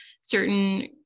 certain